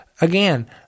again